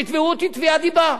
שיתבעו אותי תביעת דיבה.